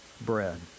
bread